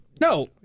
No